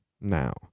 Now